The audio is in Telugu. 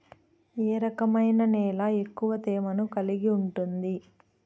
ఏ రకమైన నేల ఎక్కువ తేమను కలిగి ఉంటుంది?